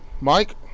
Mike